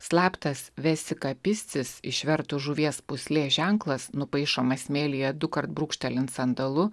slaptas vesika piscis išvertus žuvies pūslė ženklas nupaišomas smėlyje dukart brūkštelint sandalu